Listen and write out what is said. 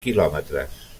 quilòmetres